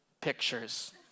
pictures